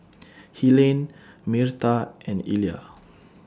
Helaine Myrta and Illya